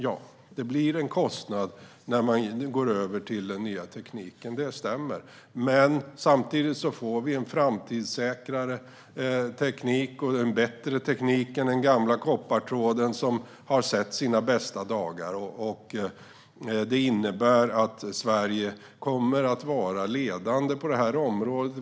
Det stämmer att det blir en kostnad när man går över till den nya tekniken. Men samtidigt får vi en framtidssäkrare och bättre teknik. Den gamla koppartråden har sett sina bästa dagar. Det innebär att Sverige kommer att vara ledande på detta område.